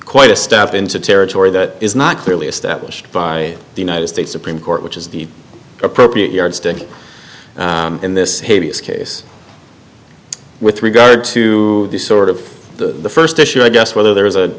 quite a step into territory that is not clearly established by the united states supreme court which is the appropriate yardstick in this case with regard to the sort of the first issue i guess whether there is a